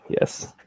Yes